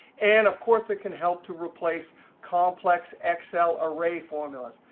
and, of course, it can help to replace complex excel array formulas.